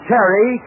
Terry